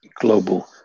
global